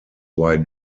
why